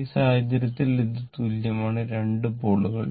ഈ സാഹചര്യത്തിൽ ഇത് തുല്യമാണ് 2 പോളുകളിലേക്ക്